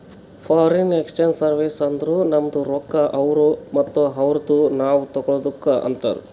foreign exchange service ಅಂದುರ್ ನಮ್ದು ರೊಕ್ಕಾ ಅವ್ರು ಮತ್ತ ಅವ್ರದು ನಾವ್ ತಗೊಳದುಕ್ ಅಂತಾರ್